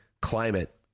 climate